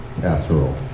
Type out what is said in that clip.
casserole